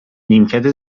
نیمکت